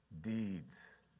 deeds